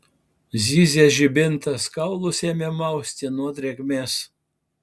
zyzė žibintas kaulus ėmė mausti nuo drėgmės